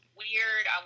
weird